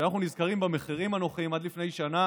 כשאנחנו נזכרים במחירים הנוחים עד לפני שנה